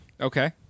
Okay